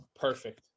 Perfect